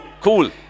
cool